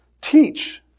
teach